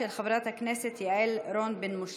של חברת הכנסת יעל רון בן משה.